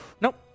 nope